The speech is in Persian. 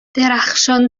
درخشان